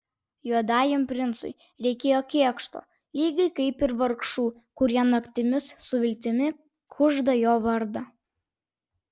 juodajam princui reikėjo kėkšto lygiai kaip ir vargšų kurie naktimis su viltimi kužda jo vardą